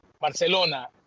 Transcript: Barcelona